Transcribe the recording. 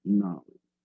knowledge